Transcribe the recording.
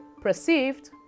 perceived